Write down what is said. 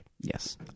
Yes